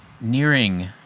nearing